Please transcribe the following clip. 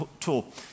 tool